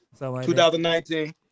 2019